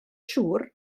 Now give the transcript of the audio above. siŵr